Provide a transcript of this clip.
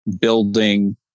building